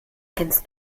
kennst